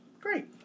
great